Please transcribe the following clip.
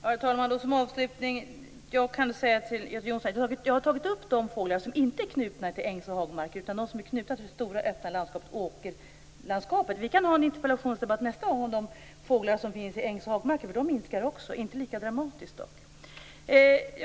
Herr talman! Jag vill som avslutning säga till Göte Jonsson att jag har tagit upp de fåglar som inte är knutna till ängs och hagmarker utan till det stora, öppna åkerlandskapet. Vi kan ha en annan interpellationsdebatt om de fåglar som finns på ängs och hagmarker, för de minskar också, dock inte lika dramatiskt.